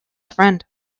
friend